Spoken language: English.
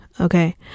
okay